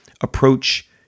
approach